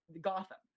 gotham